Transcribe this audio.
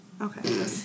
Okay